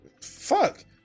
Fuck